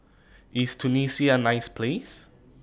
IS Tunisia A nice Place